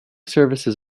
services